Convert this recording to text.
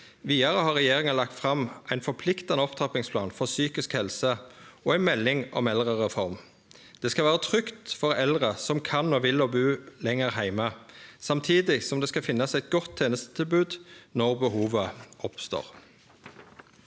Vidare har regjeringa lagt fram ein forpliktande opptrappingsplan for psykisk helse og ei melding om eldrereform. Det skal vere trygt for eldre som kan og vil, å bu lenger heime, samtidig som det skal finnast eit godt tenestetilbod når behovet oppstår.